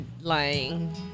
lying